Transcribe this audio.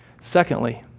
Secondly